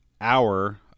hour